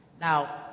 Now